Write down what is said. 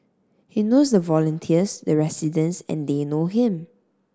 he knows the volunteers the residents and they know him